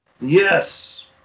Yes